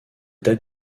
dates